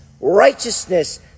righteousness